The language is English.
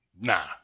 Nah